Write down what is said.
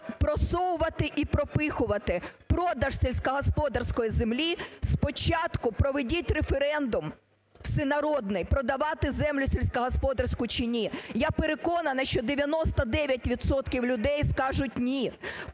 просовувати і пропихувати продаж сільськогосподарської землі, спочатку проведіть референдум всенародний, продавати землю сільськогосподарську чи ні. Я переконана, що 99 відсотків людей скажуть "ні".